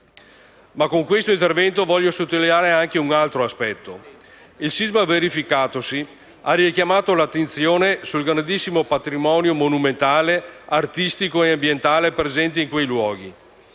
Ma con questo intervento voglio sottolineare anche un altro aspetto: il sisma verificatosi ha richiamato l'attenzione sul grandissimo patrimonio monumentale, artistico e ambientale presente in quei luoghi;